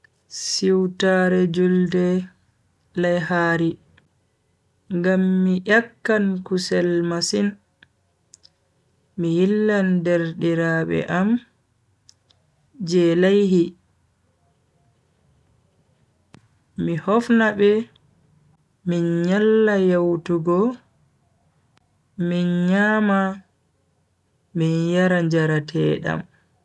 Siwtaare julde laihari ngam mi nyakkan kusel masin. mi yillan derdiraabe am je laihi mi hofana be min nyalla yewtugo min nyama min yara njaratedam.